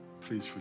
Please